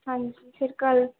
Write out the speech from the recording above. ਹਾਂਜੀ ਫਿਰ ਕੱਲ੍ਹ